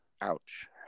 Ouch